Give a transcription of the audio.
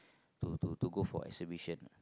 to to to go for exhibition